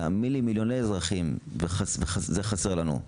תאמין לי, זה חסר לנו.